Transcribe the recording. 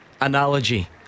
analogy